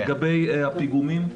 לגבי הפיגומים,